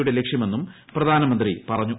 യുടെ ലക്ഷ്യമെന്നും പ്രധാനമന്ത്രി പറഞ്ഞു